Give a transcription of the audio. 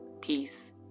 Peace